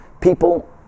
People